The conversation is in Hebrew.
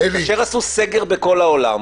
כאשר עשו סגר בכל העולם,